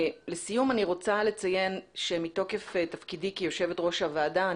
לסיום אני רוצה לציין כי מתוקף תפקידי כיושבת ראש הוועדה,